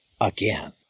Again